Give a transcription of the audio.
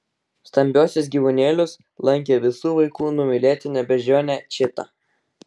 stambiuosius gyvūnėlius lankė visų vaikų numylėtinė beždžionė čita